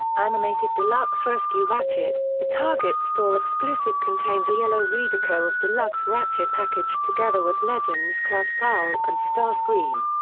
animated deluxe rescue ratchet a target store exclusive contains a yellow redeco of deluxe ratchet packaged together with legends class prowl and starscream.